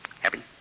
Happy